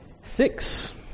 six